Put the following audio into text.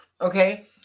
Okay